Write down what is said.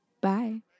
Bye